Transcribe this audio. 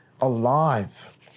alive